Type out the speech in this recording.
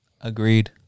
Agreed